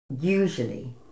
usually